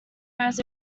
whereas